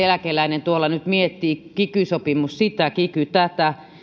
eläkeläinen tuolla nyt miettii kiky sopimus sitä kiky tätä eilen